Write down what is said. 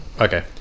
okay